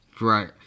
Right